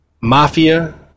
mafia